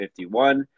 51